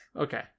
Okay